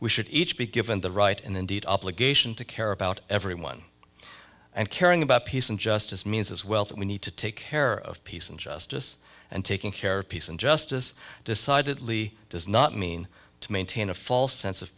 we should each be given the right and indeed obligation to care about everyone and caring about peace and justice means as well that we need to take care of peace and justice and taking care of peace and justice decidedly does not mean to maintain a false sense of